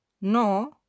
No